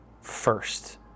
first